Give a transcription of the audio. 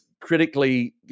critically